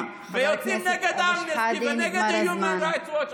ויוצאים נגד אמנסטי ונגדHuman Rights Watch,